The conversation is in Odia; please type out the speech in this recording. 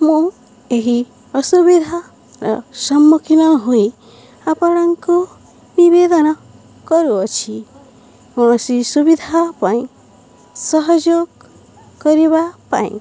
ମୁଁ ଏହି ଅସୁବିଧାର ସମ୍ମୁଖୀନ ହୋଇ ଆପଣଙ୍କୁ ନିବେଦନ କରୁଅଛି କୌଣସି ସୁବିଧା ପାଇଁ ସହଯୋଗ କରିବା ପାଇଁ